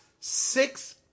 six